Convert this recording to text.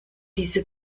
diese